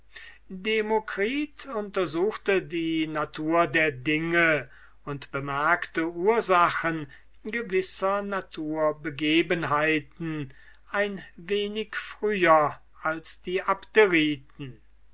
demokritus untersuchte die natur der dinge und bemerkte die ursachen gewisser naturbegebenheiten ein wenig früher als die